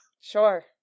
Sure